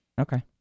Okay